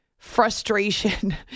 frustration